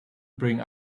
bring